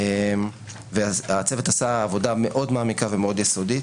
והצוות עשה עבודה מעמיקה ויסודית מאוד.